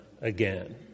again